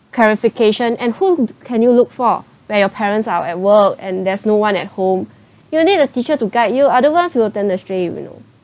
clarification and who can you look for when your parents are at work and there's no one at home you need a teacher to guide you otherwise you will turn astray you know